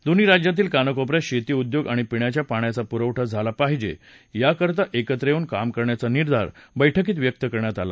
दोन्ही राज्यातील कानाकोपऱ्यात शेती उद्योग आणि पिण्याच्या पाण्याचा पुरवठा झाला पाहिजे या करता एकत्र येऊन काम करण्याचा निर्धार बैठकीत व्यक्त करण्यात आला